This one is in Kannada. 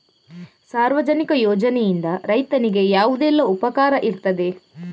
ಸಾರ್ವಜನಿಕ ಯೋಜನೆಯಿಂದ ರೈತನಿಗೆ ಯಾವುದೆಲ್ಲ ಉಪಕಾರ ಇರ್ತದೆ?